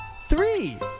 Three